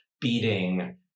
beating